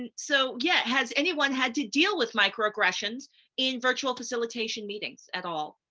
and so, yeah, has anyone had to deal with microaggressions in virtual facilitation meetings at all,